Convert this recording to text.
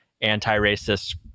anti-racist